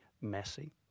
messy